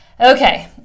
okay